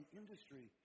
industry